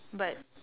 but